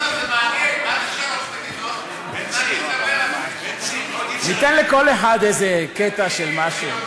בן צור, ראש הממשלה אמר.